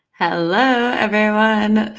hello, everyone.